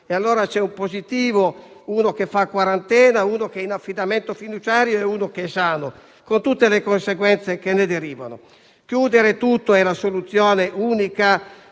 E allora c'è un positivo, uno che fa quarantena, uno che è in isolamento fiduciario e uno che è sano, con tutte le conseguenze che ne derivano. Chiudere tutto è la soluzione unica,